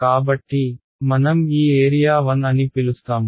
కాబట్టి మనం ఈ ఏరియా 1 అని పిలుస్తాము